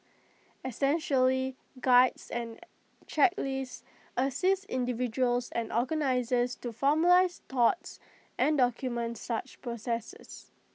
essentially Guides and checklist assist individuals and organisers to formalise thoughts and document such processes